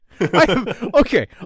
Okay